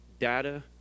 data